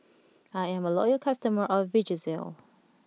I'm a loyal customer of Vagisil